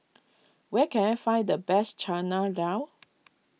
where can I find the best Chana Dal